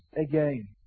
again